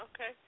Okay